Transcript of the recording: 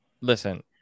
listen